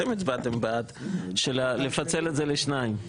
אתם הצבעתם בעד לפצל את זה לשניים.